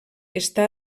està